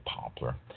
popular